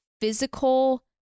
physical